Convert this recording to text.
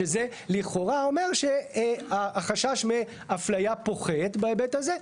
שזה לכאורה אומר שהחשש מאפליה פוחת בהיבט הזה.